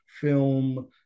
film